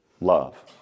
love